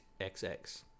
xx